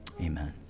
Amen